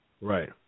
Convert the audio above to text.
Right